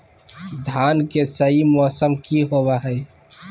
धान के सही मौसम की होवय हैय?